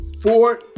four